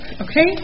okay